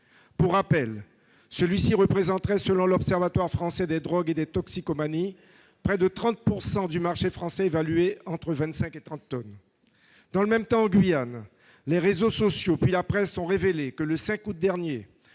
Pour rappel, ce trafic représenterait, selon l'Observatoire français des drogues et des toxicomanies, près de 30 % du marché français, évalué entre 25 et 30 tonnes. Dans le même temps, en Guyane, les réseaux sociaux, puis la presse, ont révélé que, le 5 août dernier,